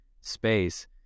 space